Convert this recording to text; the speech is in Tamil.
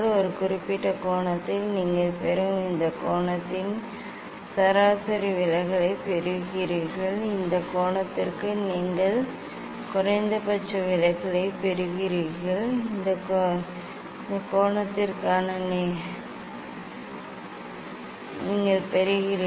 ஒரு குறிப்பிட்ட கோணத்தில் நீங்கள் பெறும் இந்த கோணத்தின் சராசரி விலகலைப் பெறுகிறீர்கள் இந்த கோணத்திற்கு நீங்கள் குறைந்தபட்ச விலகலைப் பெறுகிறீர்கள் இந்த கோணத்திற்கு நீங்கள் பெறுகிறீர்கள்